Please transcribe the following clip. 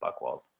Buckwald